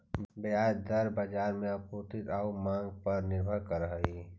ब्याज दर बाजार में आपूर्ति आउ मांग पर निर्भर करऽ हइ